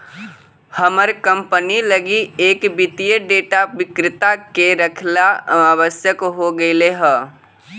हमर कंपनी लगी एक वित्तीय डेटा विक्रेता के रखेला आवश्यक हो गेले हइ